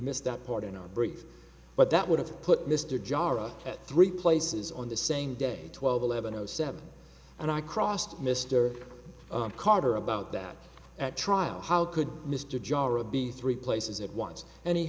missed that part in our brief but that would have put mr jara at three places on the same day twelve eleven o seven and i crossed mr carter about that at trial how could mr jara be three places at once and he